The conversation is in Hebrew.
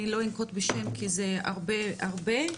אני לא אנקוב בשם כי זה הרבה הרבה.